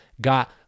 got